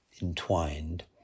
entwined